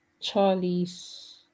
Charlie's